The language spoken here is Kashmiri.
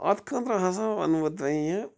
اَتھ خٲطرٕ ہسا وَنہٕ بہٕ تۅہہِ یہِ